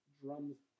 drums